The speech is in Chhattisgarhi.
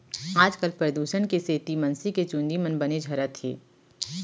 आजकाल परदूसन के सेती मनसे के चूंदी मन बने झरत हें